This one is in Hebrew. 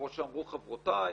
כמו שאמרו חברותיי,